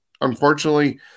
Unfortunately